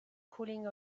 cooling